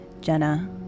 Jenna